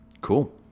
Cool